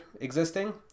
existing